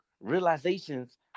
realizations